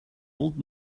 old